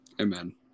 Amen